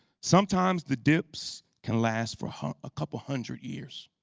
sometimes the dips can last for a couple of hundred years.